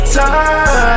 time